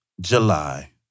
July